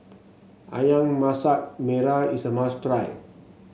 ayam Masak Merah is a must try